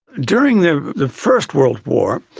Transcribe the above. during the the first world war,